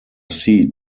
seat